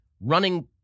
running